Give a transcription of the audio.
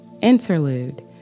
Interlude